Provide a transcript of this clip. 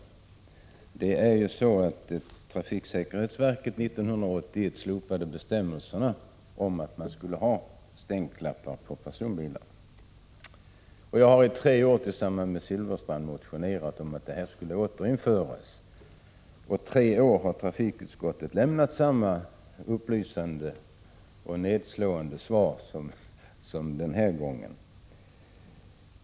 1981 slopade trafiksäkerhetsverket föreskriften om att personbilar skulle vara försedda med stänkskydd. Tre år har jag tillsammans med Bengt Silfverstrand motionerat om att föreskriften om stänkskydd skall återinföras. Tre år har trafikutskottet lämnat samma upplysande och nedslående svar. Svaret har tidigare varit detsamma som den här gången.